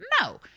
No